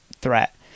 threat